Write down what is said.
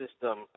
system